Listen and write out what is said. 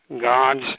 God's